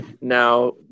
now